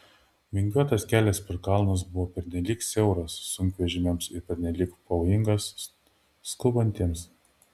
vingiuotas kelias per kalnus buvo pernelyg siauras sunkvežimiams ir pernelyg pavojingas skubantiems